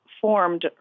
formed